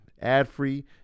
ad-free